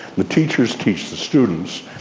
the teachers teach the students,